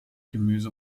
gemüse